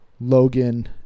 Logan